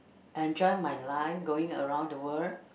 enjoy my life going around the world